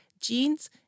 genes